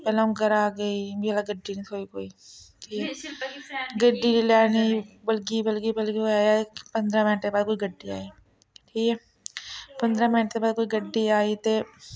पैह्लें आ'ऊं घरा गेई मिगी गड्डी नी थ्होई कोई फ्ही गड्डी जेल्लै नेईं बलगी बलगी बलगी पंदरां मैंटें बाद कोई गड्डी आई ठीक ऐ पंदरां मैंटें बाद कोई गड्डी आई ते